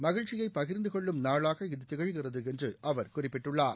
மகிழ்ச்சியை பகிர்ந்தகொள்ளும் நாளாக இது திகழ்கிறது என்று அவர் குறிப்பிட்டுள்ளார்